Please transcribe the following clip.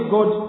God